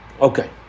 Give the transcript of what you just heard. Okay